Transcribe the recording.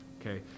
Okay